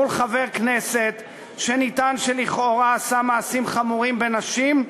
מול חבר כנסת שנטען שלכאורה עשה מעשים חמורים בנשים.